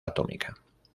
atómica